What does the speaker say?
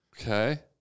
Okay